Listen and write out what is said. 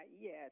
yes